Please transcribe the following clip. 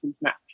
match